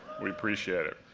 we appreciate it.